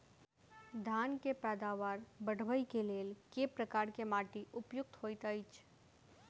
धान केँ पैदावार बढ़बई केँ लेल केँ प्रकार केँ माटि उपयुक्त होइत अछि?